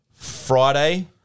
Friday